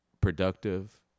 productive